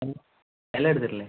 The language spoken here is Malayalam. എല്ലാം എടുത്തിട്ടില്ലേ